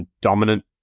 dominant